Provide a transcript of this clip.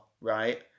right